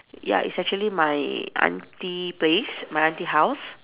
ya it's actually my aunty place my aunty house